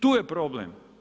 Tu je problem.